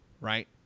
right